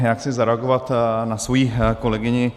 Já chci zareagovat na svoji kolegyni.